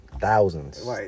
thousands